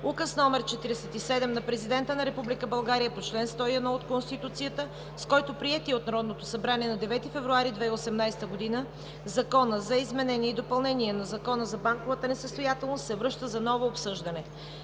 Указ № 47 на Президента на Република България по чл. 101 от Конституцията, с който приетият от Народното събрание на 9 февруари 2018 г. Закон за изменение и допълнение на Закона за банковата несъстоятелност се връща за ново обсъждане.